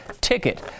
ticket